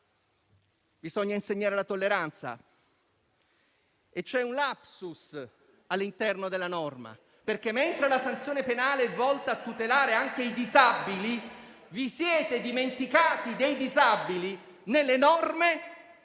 bisogna insegnare la tolleranza. C'è un *lapsus* all'interno della norma: mentre la sanzione penale è volta a tutelare anche i disabili, vi siete dimenticati dei disabili nelle norme